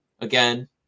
again